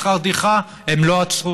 דמי שכר טרחה, הם לא עצרו,